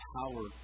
power